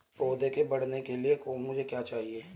पौधे के बढ़ने के लिए मुझे क्या चाहिए?